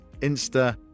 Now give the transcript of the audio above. Insta